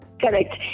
Correct